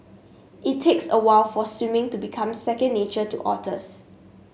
it takes a while for swimming to become second nature to otters